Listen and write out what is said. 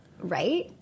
right